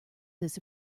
this